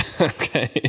okay